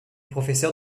professeur